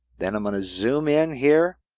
then i'm going to zoom in here.